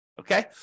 Okay